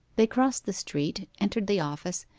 they crossed the street, entered the office,